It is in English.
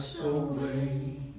away